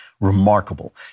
remarkable